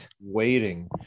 waiting